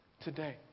today